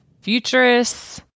futurists